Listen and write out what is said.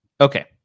Okay